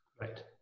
Right